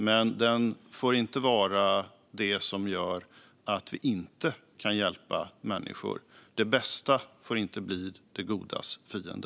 Men den får inte vara det som gör att vi inte kan hjälpa människor. Det bästa får inte bli det godas fiende.